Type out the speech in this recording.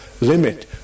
limit